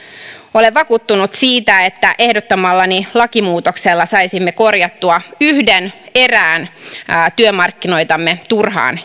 olen vakuuttunut siitä että ehdottamallani lakimuutoksella saisimme korjattua erään työmarkkinoitamme turhaan